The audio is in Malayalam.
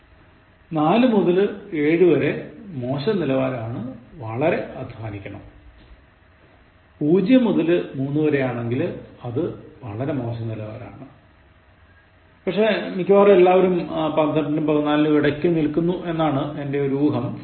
4 മുതൽ 7 വരെ മോശം നിലവാരമാണ് വളരെ അധ്വാനിക്കണം 0 മുതൽ 3 വരെയാണെങ്കിൽ അത് വളരെ മോശം നിലാരമാണ് പക്ഷേ മിക്കവാറും എല്ലാവരും 12നും 14നും ഇടക്ക് നിൽക്കുന്നു എന്നാണെന്റെ ഊഹം